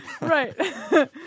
Right